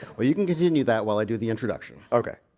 well you can continue that while i do the introduction ok